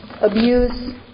abuse